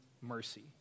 mercy